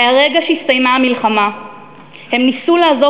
מהרגע שהסתיימה המלחמה הם ניסו לעזוב